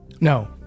No